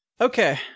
okay